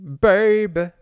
baby